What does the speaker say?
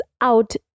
out